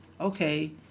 okay